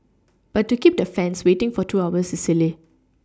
but to keep the fans waiting for two hours is silly